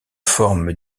forme